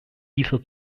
dieser